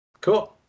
Cool